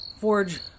forge